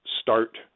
start